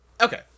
Okay